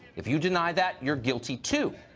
if you deny that, you're guilty too.